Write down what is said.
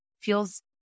feels